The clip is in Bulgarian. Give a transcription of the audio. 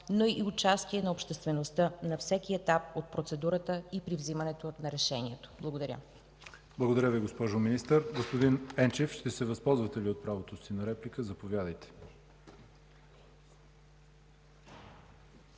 но и участие на обществеността на всеки етап от процедурата и при вземането на решението. Благодаря. ПРЕДСЕДАТЕЛ ЯВОР ХАЙТОВ: Благодаря Ви, госпожо Министър. Господин Енчев, ще се възползвате ли от правото си на реплика? Заповядайте.